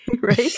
right